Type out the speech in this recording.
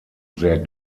sehr